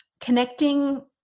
connecting